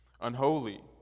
unholy